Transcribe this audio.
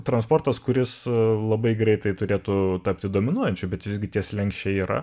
transportas kuris labai greitai turėtų tapti dominuojančiu bet visgi tie slenksčiai yra